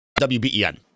WBEN